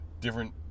different